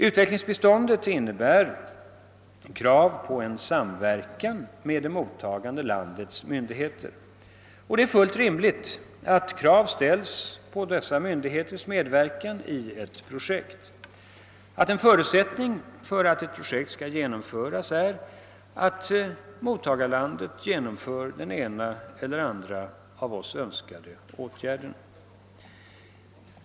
Utvecklingsbiståndet innebär krav på en samverkan med det mottagande landets myndigheter, och det är fullt rimligt att krav ställs på dessa myndigheters medverkan i ett projekt; en förutsättning för att ett projekt skall genomföras är att mottagarlandet vidtar den ena eller den andra av oss önskade åtgärden.